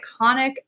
iconic